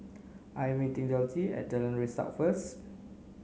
I'm meeting Dulcie at Jalan Resak first